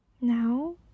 now